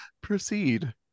proceed